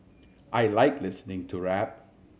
I like listening to rap